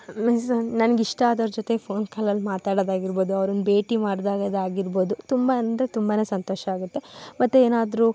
means ನನಗಿಷ್ಟ ಆದವರ ಜೊತೆ ಫೋನ್ ಕಾಲಲ್ಲಿ ಮಾತಾಡೋದಾಗಿರ್ಬೋದು ಅವರನ್ನ ಭೇಟಿ ಮಾಡಿದಾಗಿದ್ದು ಆಗಿರ್ಬೋದು ತುಂಬ ಅಂದರೆ ತುಂಬನೇ ಸಂತೋಷ ಆಗುತ್ತೆ ಮತ್ತೆ ಏನಾದ್ರೂ